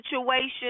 situation